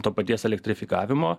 to paties elektrifikavimo